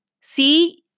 see